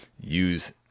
use